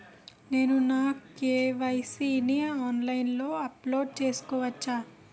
నేను నా కే.వై.సీ ని ఆన్లైన్ లో అప్డేట్ చేసుకోవచ్చా?